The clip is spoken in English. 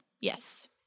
Yes